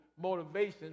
motivation